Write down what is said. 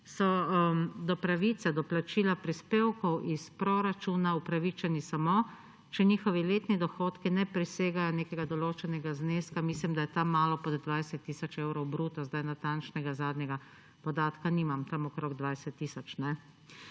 so do pravice do plačila prispevkov iz proračuna upravičeni samo, če njihovi letni dohodki ne presegajo nekega določenega zneska, mislim, da je tam malo pod 20 tisoč evrov bruto, zdaj natančnega zadnjega podatka nimam, tam okrog 20 tisoč.